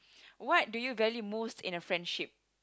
what do you value most in a friendship